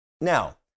Now